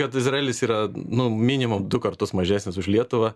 kad izraelis yra nu minimum du kartus mažesnis už lietuvą